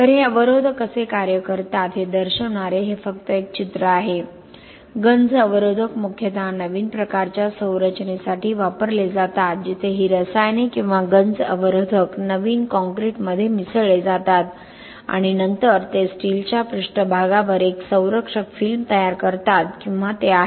तर हे अवरोधक कसे कार्य करतात हे दर्शवणारे हे फक्त एक चित्र आहे गंज अवरोधक मुख्यतः नवीन प्रकारच्या संरचनेसाठी वापरले जातात जेथे ही रसायने किंवा गंज अवरोधक नवीन कॉंक्रिटमध्ये मिसळले जातात आणि नंतर ते स्टीलच्या पृष्ठभागावर एक संरक्षक फिल्म तयार करतात किंवा ते आहेत